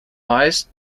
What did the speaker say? meist